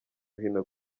hino